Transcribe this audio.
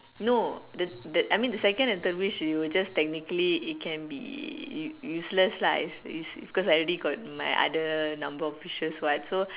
no the the I mean the second and third wish you will just technically it can be use~ useless lah is is cause I already got my other number of wishes what so